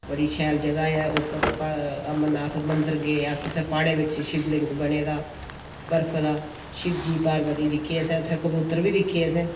बड़ी शैल जगह ऐ उप्पर अमरनाथ मंदर गे अस उत्थै प्हाड़ें दे बिच्च शिवलिंग बनेदा बर्फ दा शिवजी पार्वती दिक्खे असें उत्थै कबूतर बी दिक्खे असें उत्थै